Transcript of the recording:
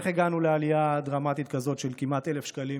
איך הגענו לעלייה דרמטית כזאת של כמעט 1,000 שקלים?